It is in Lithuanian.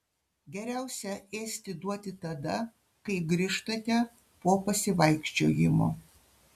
geriausia ėsti duoti tada kai grįžtate po pasivaikščiojimo